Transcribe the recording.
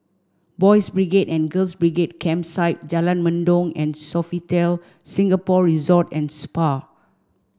Boys' Brigade and Girls' Brigade Campsite Jalan Mendong and Sofitel Singapore Resort and Spa